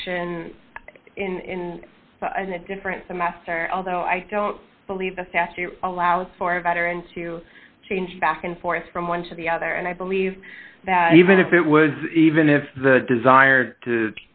action in a different semester although i don't believe the statute allows for a veteran to change back and forth from one to the other and i believe that even if it was even if the desire to